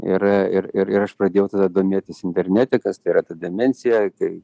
ir ir ir ir aš pradėjau tada domėtis internete kas tai yra ta demencija kai